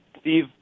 Steve